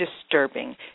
disturbing